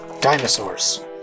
Dinosaurs